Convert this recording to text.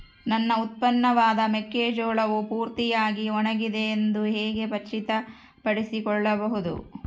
ನನ್ನ ಉತ್ಪನ್ನವಾದ ಮೆಕ್ಕೆಜೋಳವು ಪೂರ್ತಿಯಾಗಿ ಒಣಗಿದೆ ಎಂದು ಹೇಗೆ ಖಚಿತಪಡಿಸಿಕೊಳ್ಳಬಹುದು?